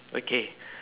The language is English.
okay